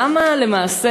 למה למעשה